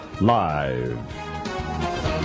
Live